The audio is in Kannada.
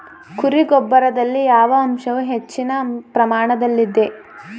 ಕುರಿ ಗೊಬ್ಬರದಲ್ಲಿ ಯಾವ ಅಂಶವು ಹೆಚ್ಚಿನ ಪ್ರಮಾಣದಲ್ಲಿದೆ?